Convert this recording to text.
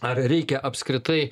ar reikia apskritai